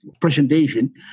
presentation